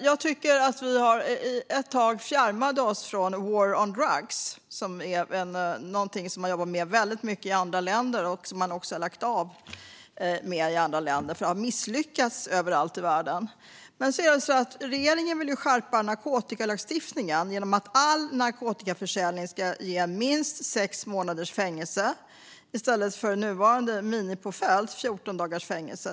Jag tycker att vi ett tag fjärmade oss från war on drugs, som man har jobbat väldigt mycket med i andra länder och som man också har lagt av med i andra länder. Det har misslyckats överallt i världen. Men regeringen vill skärpa narkotikalagstiftningen genom att all narkotikaförsäljning ska ge minst sex månaders fängelse i stället för den nuvarande minimipåföljden 14 dagars fängelse.